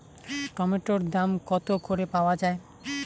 টমেটোর দাম কত করে পাওয়া যায়?